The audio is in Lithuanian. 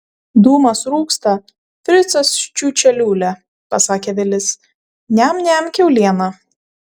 dūmas rūksta fricas čiūčia liūlia pasakė vilis niam niam kiaulieną